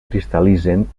cristal·litzen